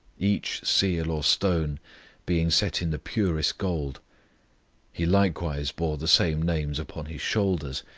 each seal or stone being set in the purest gold he likewise bore the same names upon his shoulders,